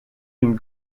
une